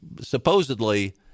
supposedly